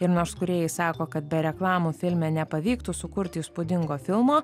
ir nors kūrėjai sako kad be reklamų filme nepavyktų sukurti įspūdingo filmo